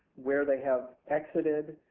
where they have exited,